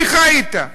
אני חי אתה,